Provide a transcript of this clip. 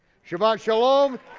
shabbat shalom,